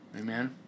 Amen